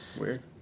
Weird